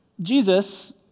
Jesus